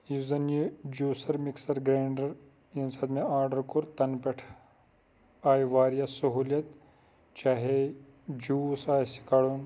یُس زَن یہِ جوسَر مِکسَر گِرَینڈَر یِمہِ ساتہِ مےٚ آرڈَر کوٚر تَنہِ پٮ۪ٹھ آیہِ وارِیاہ سہولِیَت چاہے جوس آسہِ کَڑُن